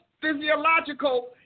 physiological